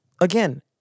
again